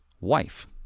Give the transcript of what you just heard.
wife